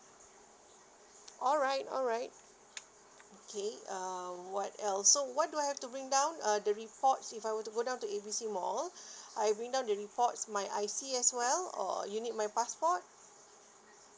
alright alright okay uh what else so what do I have to bring down uh the reports if I were to go down to A B C mall I bring down the reports my I_C as well or you need my passport